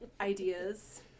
ideas